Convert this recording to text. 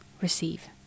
receive